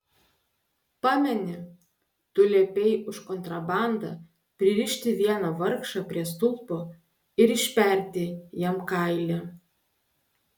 pameni tu liepei už kontrabandą pririšti vieną vargšą prie stulpo ir išperti jam kailį